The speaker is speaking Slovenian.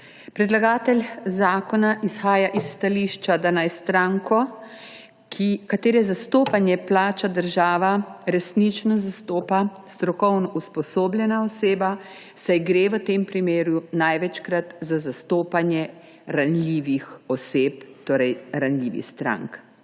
Predlagatelj zakona izhaja s stališča, da naj stranko, katere zastopanje plača država, resnično zastopa strokovno usposobljena oseba, saj gre v tem primeru največkrat za zastopanje ranljivih oseb, torej ranljivih strank.